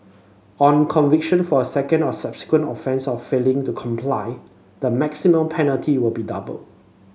on conviction for a second or subsequent offence of failing to comply the maximum penalty will be doubled